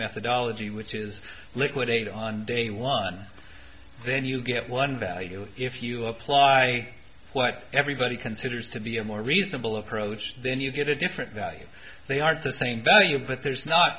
methodology which is liquidate on day one then you get one value if you apply what everybody considers to be a more reasonable approach then you get a different value they are the same value but there's not